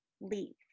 leave